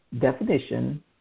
definition